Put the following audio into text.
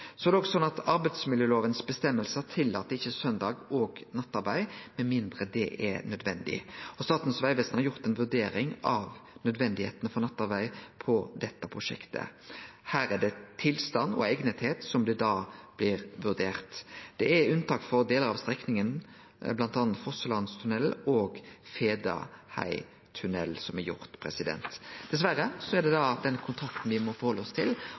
er òg sånn at fråsegnene i arbeidsmiljølova ikkje tillèt søndags- og nattarbeid med mindre det er nødvendig. Statens vegvesen har gjort ei vurdering av nødvendigheita av nattarbeid på dette prosjektet. Her er det tilstand og om det er eigna, som blir vurdert. Det er gjort unntak for delar av strekninga, bl.a. Fosselandstunnelen og Fedaheitunnelen. Dessverre er det den kontrakten me må halde oss til, og eg ser ikkje noko anna handlingsalternativ enn det